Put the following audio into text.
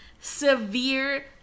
severe